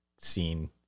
seen